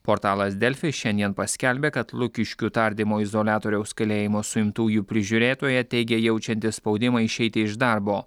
portalas delfi šiandien paskelbė kad lukiškių tardymo izoliatoriaus kalėjimo suimtųjų prižiūrėtoja teigė jaučianti spaudimą išeiti iš darbo